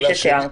שתיארת.